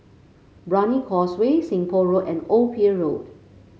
Brani Causeway Seng Poh Road and Old Pier Road